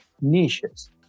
niches